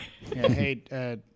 Hey